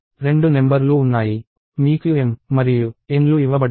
రెండు నెంబర్ లు ఉన్నాయి మీకు m మరియు n లు ఇవ్వబడ్డాయి